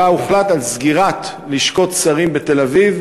הוחלט על סגירת לשכות שרים בתל-אביב,